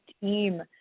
team